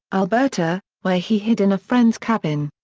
alberta, where he hid in a friend's cabin.